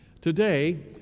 Today